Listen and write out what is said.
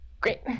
Great